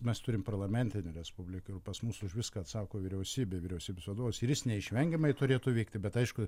mes turim parlamentinę respubliką ir pas mus už viską atsako vyriausybė vyriausybės vadovas ir jis neišvengiamai turėtų vykti bet aišku